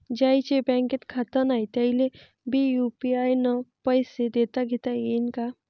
ज्याईचं बँकेत खातं नाय त्याईले बी यू.पी.आय न पैसे देताघेता येईन काय?